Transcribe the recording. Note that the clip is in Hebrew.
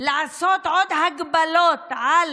לעשות עוד הגבלות על